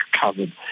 covered